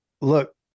Look